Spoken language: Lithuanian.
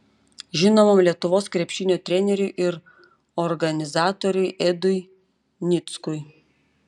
žinomam lietuvos krepšinio treneriui ir organizatoriui edui nickui